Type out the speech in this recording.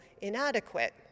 inadequate